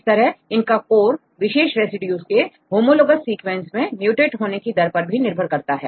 इस तरह से इनका कोर विशेष रेसिड्यू के होमोलोगौस सीक्वेंस में म्यूटेट होने की दर पर भी निर्भर करता है